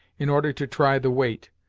in order to try the weight,